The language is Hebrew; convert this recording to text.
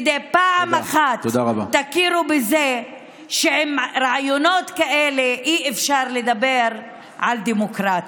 כדי שפעם אחת תכירו בזה שעם רעיונות כאלה אי-אפשר לדבר על דמוקרטיה.